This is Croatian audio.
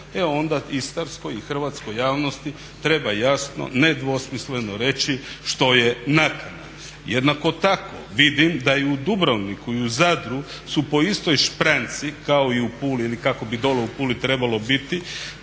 e onda istarskoj i hrvatskoj javnosti treba jasno, nedvosmisleno reći što je nakana. Jednako tako, vidim da i u Dubrovniku i u Zadru su po istoj špranci kao i u Puli ili kako bi dole u Puli trebalo biti,